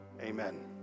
amen